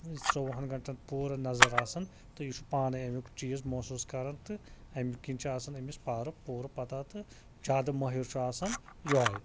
ژوٚوُہَن گھنٹَن پوٗرٕ نَظر آسان تہٕ یہِ چھُ پانٔے اَمیٛک چیٖز محسوٗس کران تہٕ اَمہِ کِنۍ چھِ آسان أمِس پارٕ پورٕ پَتہ تہٕ زیٛادٕ مٲہِر چھُ آسان یِہوے